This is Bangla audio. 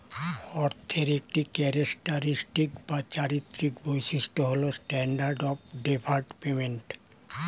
অর্থের একটি ক্যারেক্টারিস্টিক বা চারিত্রিক বৈশিষ্ট্য হল স্ট্যান্ডার্ড অফ ডেফার্ড পেমেন্ট